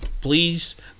please